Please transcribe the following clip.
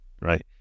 right